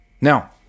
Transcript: Now